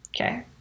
Okay